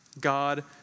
God